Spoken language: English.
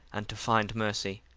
and to find mercy.